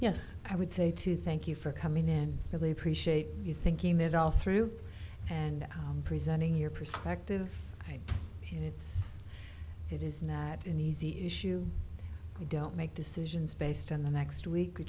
yes i would say to thank you for coming in really appreciate you thinking that all through and presenting your perspective you know it's it is not an easy issue you don't make decisions based on the next week